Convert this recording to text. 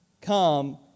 Come